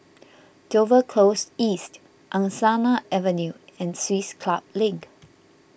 Dover Close East Angsana Avenue and Swiss Club Link